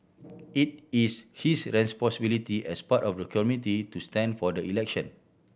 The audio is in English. it is his responsibility as part of the community to stand for the election